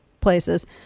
places